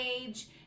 age